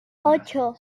ocho